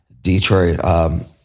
Detroit